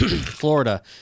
Florida